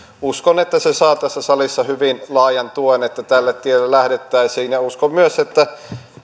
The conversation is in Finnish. uskon että se saa tässä salissa hyvin laajan tuen että tälle tielle lähdettäisiin ja uskon myös että